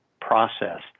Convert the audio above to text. process